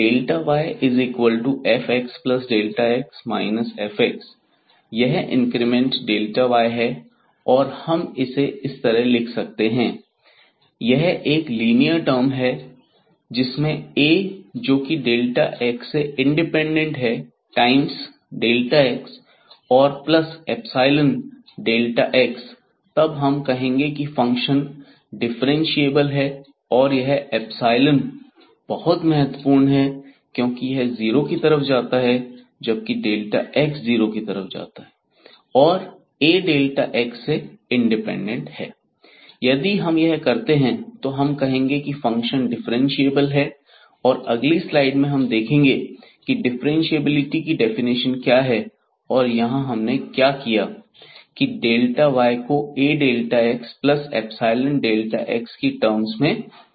अतः yfxx fx यह increment y है और हम इसे इस तरह लिख सकते हैं यह एक लीनियर टर्म है जिसमें A जोकि x से इंडिपेंडेंट है टाइम्स x और प्लस एप्सिलोन x तब हम कहेंगे की फंक्शन डिफ्रेंशिएबल है और यह एप्सिलोन बहुत महत्वपूर्ण है क्योंकि यह जीरो की तरफ जाता है जबकि x जीरो की तरफ जाता है और A x से इंडिपेंडेंट है यदि हम यह करते हैं तो हम कहेंगे की फंक्शन डिफ्रेंशिएबल है और अगली स्लाइड में हम देखेंगे की डिफ्रेंशिएबिलिटी की डेफिनेशन क्या है यहां हमने क्या किया की y को Axϵx की टर्म्स में लिखा है